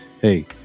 hey